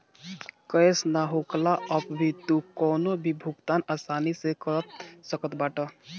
cash ना होखला पअ भी तू कवनो भी भुगतान आसानी से कर सकत बाटअ